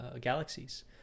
galaxies